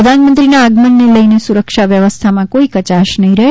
પ્રધાનમંત્રીના આગમનને લઇને સુરક્ષા વ્યવસ્થામાં કોઇ કચાશ નહીં રહે